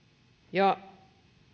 ja